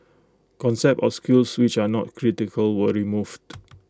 concepts or skills which are not critical were removed